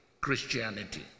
Christianity